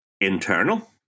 internal